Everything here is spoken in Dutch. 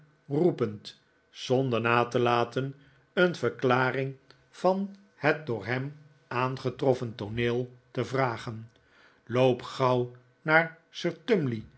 roepend zonder na te laten een verklaring van het door hem aangetroffen tooneel te vragen loop gauw naar